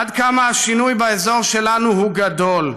עד כמה השינוי באזור שלנו הוא גדול,